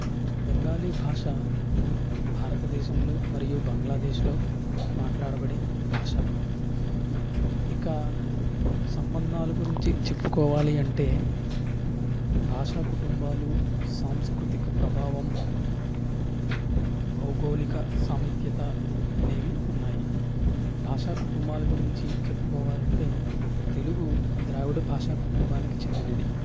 బెంగాలీ భాష తూర్పు భారతదేశంలో మరియు బంగ్లాదేశ్లో మాట్లాడబడే భాష ఇక సంబంధాల గురించి చెప్పుకోవాలి అంటే భాషా కుటుంబాలు సాంస్కృతిక ప్రభావం భౌగోళిక సామీప్యత అనేవి ఉన్నాయి భాషా కుటుంబాల గురించి చెప్పుకోవాలంటే తెలుగు ద్రావిడ భాషా కుటుంబానికి చెందినది